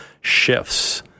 shifts